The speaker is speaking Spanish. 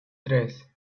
tres